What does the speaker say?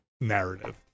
narrative